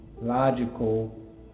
logical